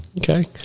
Okay